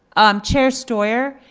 um chair steuer,